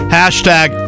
hashtag